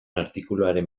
artikuluaren